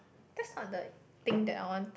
just not thing that I want